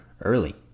early